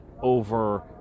over